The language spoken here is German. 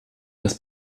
das